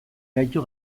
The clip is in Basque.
gaitu